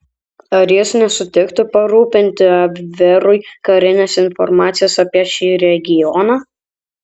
ar jis nesutiktų parūpinti abverui karinės informacijos apie šį regioną